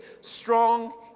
strong